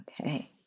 Okay